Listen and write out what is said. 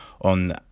on